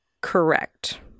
correct